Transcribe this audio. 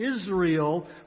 Israel